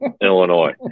Illinois